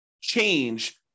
change